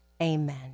amen